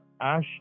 ash